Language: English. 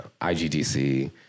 IGDC